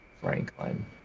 Franklin